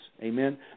amen